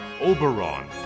Oberon